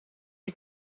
you